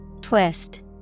Twist